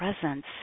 Presence